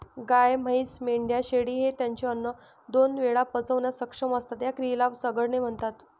गाय, म्हैस, मेंढ्या, शेळी हे त्यांचे अन्न दोन वेळा पचवण्यास सक्षम असतात, या क्रियेला चघळणे म्हणतात